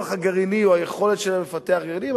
הגרעיני או היכולת שלה לפתח גרעין,